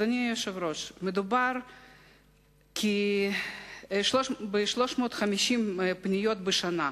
אדוני היושב-ראש, מדובר ב-350 פניות בשנה.